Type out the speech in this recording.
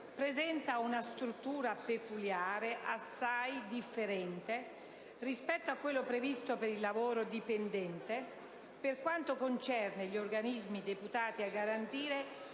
presenta una struttura peculiare, assai differente rispetto a quello previsto per il lavoro dipendente, per quanto concerne gli organismi deputati a garantire